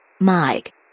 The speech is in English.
Mike